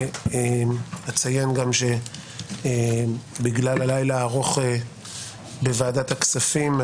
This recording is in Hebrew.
אציין גם שבגלל הלילה הארוך בוועדת הכספים,